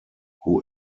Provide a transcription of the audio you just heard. who